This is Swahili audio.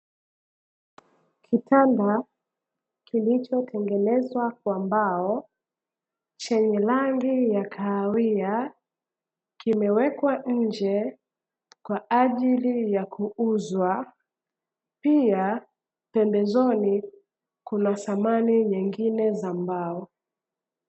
Kitanda kilichotengenezwa kwa mbao, chenye rangi ya kahawia kimewekwa nje kwaajili ya kuuzwa, pia pembezoni kuna samani nyingine za mbao.